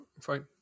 Fine